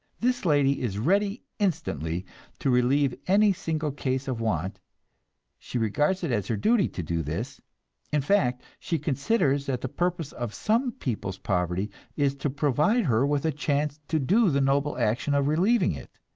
this lady is ready instantly to relieve any single case of want she regards it as her duty to do this in fact, she considers that the purpose of some people's poverty is to provide her with a chance to do the noble action of relieving it.